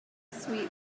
sweet